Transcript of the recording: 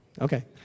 Okay